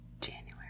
January